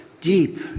deep